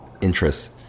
interests